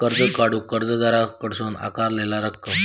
कर्ज काढूक कर्जदाराकडसून आकारलेला रक्कम